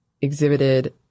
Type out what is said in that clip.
exhibited